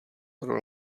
pro